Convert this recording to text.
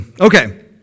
okay